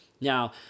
now